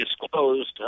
disclosed